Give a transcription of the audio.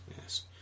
Yes